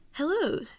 Hello